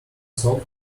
soft